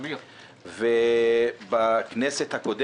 בכנסת ה-20